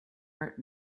art